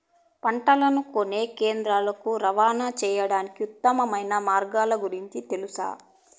పంటలని కొనే కేంద్రాలు కు రవాణా సేయడానికి ఉత్తమమైన మార్గాల గురించి తెలుసా?